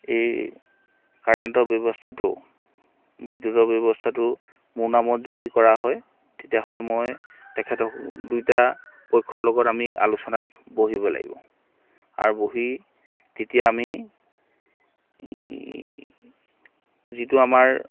এই কাৰেণ্টৰ ব্যৱস্থাটো বিদ্যুতৰ ব্যৱস্থাটো মোৰ নামত যদি কৰা হয় তেতিয়াহ'লে মই তেখেতক দুয়োটা পক্ষৰ লগত আমি আলোচনাত বহিব লাগিব আৰু বহি তেতিয়া আমি যিটো আমাৰ